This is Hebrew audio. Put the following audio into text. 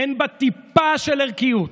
אין בה טיפה של ערכיות.